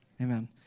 Amen